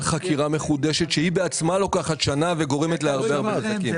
חקירה מחודשת שהיא בעצמה לוקחת שנה וגורמת להרבה נזקים.